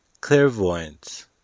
clairvoyance